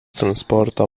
transporto